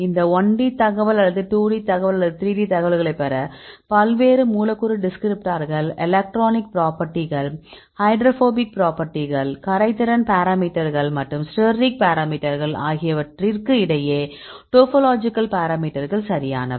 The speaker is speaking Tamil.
இந்த 1D தகவல் அல்லது 2D தகவல் அல்லது 3D தகவல்களைப் பெற பல்வேறு மூலக்கூறு டிஸ்கிரிப்டார்கள் எலக்ட்ரானிக் ப்ராப்பர்ட்டிகள் ஹைட்ரோபோபிக் ப்ராப்பர்ட்டிகள் கரைதிறன் பாராமீட்டர்கள் மற்றும் ஸ்டெரிக் பாராமீட்டர்கள் ஆகியவற்றிற்கு இடையில் டோபோலாஜிக்கல் பாராமீட்டர்கள் சரியானவை